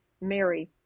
Mary